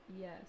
yes